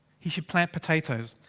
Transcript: he should plant potatoes.